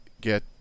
get